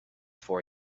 for